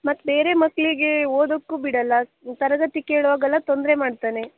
ಮತ್ತು ಬೇರೆ ಮಕ್ಕಳಿಗೆ ಓದೋಕ್ಕೂ ಬಿಡೋಲ್ಲ ತರಗತಿ ಕೇಳುವಾಗೆಲ್ಲ ತೊಂದರೆ ಮಾಡ್ತಾನೆ